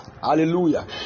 Hallelujah